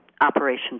operations